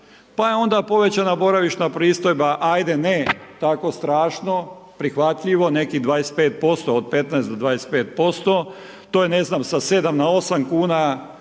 Pa je onda povećana boravišna pristojba, ajde ne tako strašno, prihvatljivo, nekih 25%, od 15 do 25%, to je, ne znam, sa 7 na 8,00 kn,